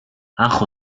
анх